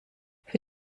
für